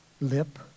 lip